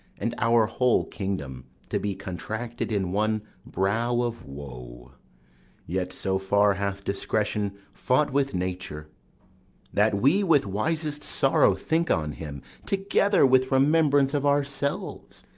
and our whole kingdom to be contracted in one brow of woe yet so far hath discretion fought with nature that we with wisest sorrow think on him, together with remembrance of ourselves.